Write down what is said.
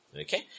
Okay